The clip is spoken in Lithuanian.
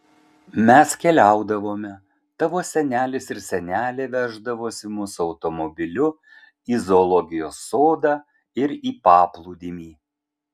mes keliaudavome tavo senelis ir senelė veždavosi mus automobiliu į zoologijos sodą ir į paplūdimį